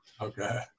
Okay